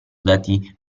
dati